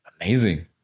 Amazing